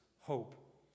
hope